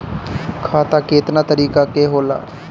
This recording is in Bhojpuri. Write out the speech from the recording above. खाता केतना तरीका के होला?